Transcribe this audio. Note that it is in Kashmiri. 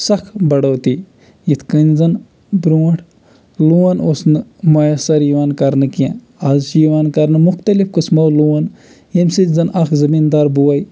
سَکھ بَڑوتی یِتھ کٔنۍ زَن برٛونٛٹھ لون اوس نہٕ میسر یِوان کرنہٕ کیٚنٛہہ آز چھِ یِوان کرنہٕ مُختلِف قٕسمو لون ییٚمہِ سۭتۍ زَن اَکھ زمیٖندار بوے